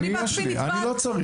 אני בעצמי נתבעת,